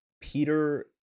Peter